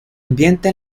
ambienta